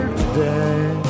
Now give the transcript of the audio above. today